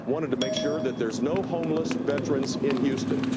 wanted to make sure that there's no homeless veterans in houston.